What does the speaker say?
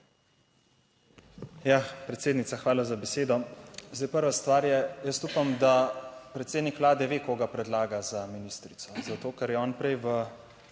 Predsednica, hvala za besedo. Zdaj prva stvar je, jaz upam, da predsednik Vlade ve koga predlaga za ministrico, zato ker je on prej v